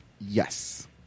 Yes